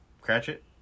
Cratchit